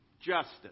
justice